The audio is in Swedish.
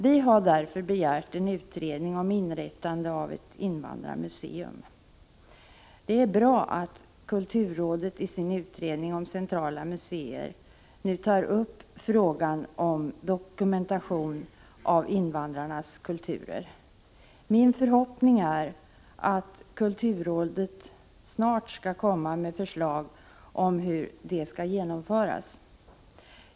Vi har därför begärt en utredning om inrättande av ett invandrarmuseum. Det är bra att kulturrådet i sin utredning om centrala museer nu tar upp frågan om en dokumentation av invandrarnas kulturer. Min förhoppning är att kulturrådet snart skall lägga fram förslag om hur arbetet med en sådan dokumentation skall genomföras.